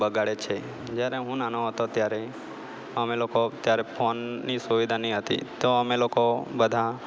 બગાડે છે જ્યારે હું નાનો હતો ત્યારે અમે લોકો ત્યારે ફોનની સુવિધા ની હતી તો અમે લોકો બધાં